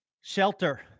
Shelter